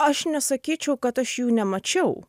aš nesakyčiau kad aš jų nemačiau